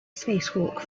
spacewalk